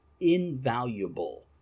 invaluable